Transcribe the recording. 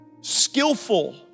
skillful